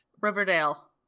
Riverdale